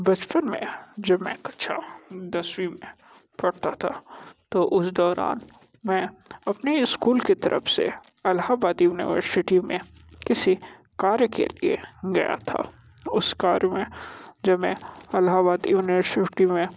बचपन में जब मैं कक्षा दसवी में पढ़ता था तो उस दौरान मैं अपने स्कूल की तरफ से इलाहाबाद यूनिवर्सिटी में किसी कार्य के लिए गया था उस कार्य में जो मैं इलाहाबाद यूनिवर्सिटी में